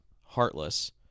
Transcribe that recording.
heartless